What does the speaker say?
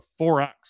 forex